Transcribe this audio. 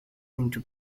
into